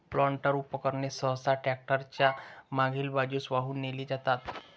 planter उपकरणे सहसा tractor च्या मागील बाजूस वाहून नेली जातात